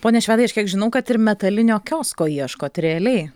pone švedai aš kiek žinau kad ir metalinio kiosko ieškot realiai